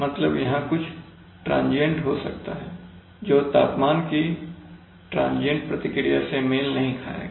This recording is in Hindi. मतलब यहां कुछ ट्रांजियंट हो सकता है जो तापमान की ट्रांजियंट प्रतिक्रिया से मेल नहीं खाएगा